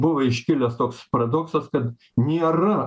buvo iškilęs toks paradoksas kad nėra